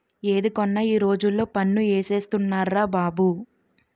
ఏది కొన్నా ఈ రోజుల్లో పన్ను ఏసేస్తున్నార్రా బాబు